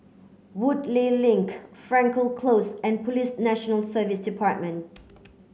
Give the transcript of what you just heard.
Woodleigh Link Frankel Close and Police National Service Department